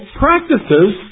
practices